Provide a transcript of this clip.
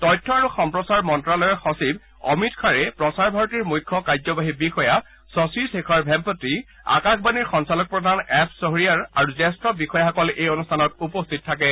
তথ্য আৰু সম্প্ৰচাৰ মন্তালয়ৰ সচিব অমিত খাৰে প্ৰচাৰ ভাৰতীৰ মুখ্য কাৰ্যবাহী বিষয়া শশী শেখৰ ভেমপতি আকাশবাণীৰ সঞ্চালক প্ৰধান এফ শ্বহৰিয়াৰ আৰু জ্যেষ্ঠ বিষয়াসকল এই অনুষ্ঠানত উপস্থিত থাকে